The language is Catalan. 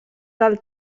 del